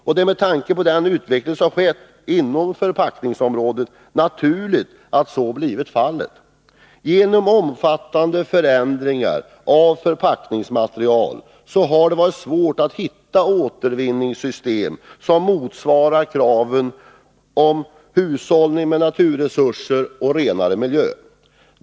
Det är med tanke på den utveckling som skett inom förpackningsområdet naturligt att så blivit fallet. På grund av omfattande förändringar av förpackningsmaterial har det varit svårt att hitta återvinningssystem som motsvarar kravet på hushållning med naturresurser och renare miljö.